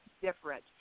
different